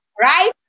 Right